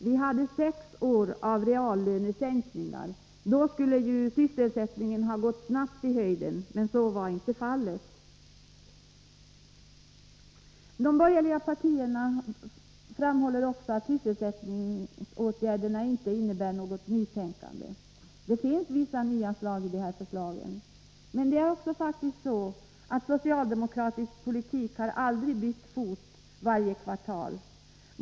Det var ju sex år av reallönesänkningar. Då borde ju sysselsättningen ha gått snabbt i höjden, men så blev inte fallet. De borgerliga partierna framhåller att sysselsättningsåtgärderna inte innebär något nytänkande inom regeringen. Det finns vissa nya inslag i de här förslagen, men sedan är det faktiskt så att socialdemokratisk politik aldrig har bytt fot varje kvartal.